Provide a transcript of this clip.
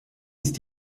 ist